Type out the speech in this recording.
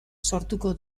sortuko